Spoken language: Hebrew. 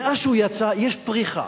מאז שהוא יצא יש פריחה.